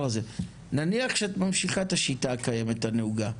נניח ואת ממשיכה את השיטה הקיימת הנהוגה,